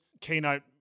keynote